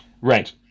Right